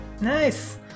nice